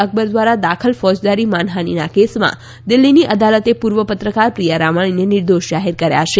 અકબર દ્વારા દાખલ ફોજદારી માનહાનિના કેસમાં દિલ્ફીની અદાલતે પૂર્વ પત્રકાર પ્રિયા રામાણીને નિર્દોષ જાહેર કર્યા છે